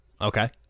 Okay